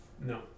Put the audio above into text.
No